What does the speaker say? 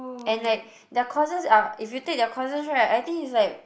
and like their courses are if you take their courses right I think it's like